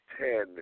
ten